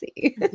see